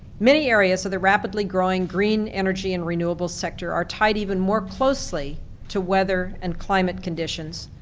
many areas of the rapidly growing green energy and renewable sector are tied even more closely to weather and climate conditions,